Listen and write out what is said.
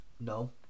No